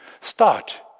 start